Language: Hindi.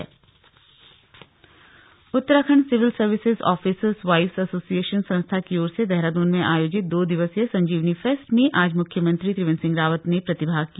संजीवनी fest Uttarakhand civil services officers wives association संस्था की ओर से देहरादून में आयोजित दो दिवसीय संजीवनी फेस्ट में आज मुख्यमंत्री त्रिवेन्द्र सिंह रावत ने प्रतिभाग किया